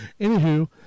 Anywho